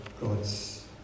God's